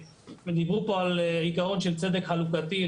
דיברו פה על עקרון של צדק חלוקתי.